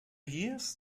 years